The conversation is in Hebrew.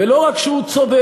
ולא רק שהוא צודק,